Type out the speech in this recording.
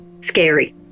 scary